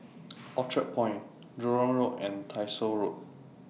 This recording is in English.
Orchard Point Jurong Road and Tyersall Road